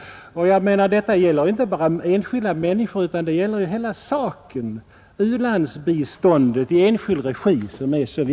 Jag vill framhålla att detta ärende inte bara gäller enskilda människor utan hela saken — u-landsbiståndet i enskild regi.